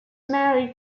married